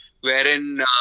Wherein